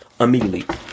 Immediately